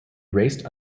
raced